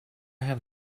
have